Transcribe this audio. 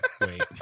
wait